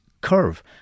curve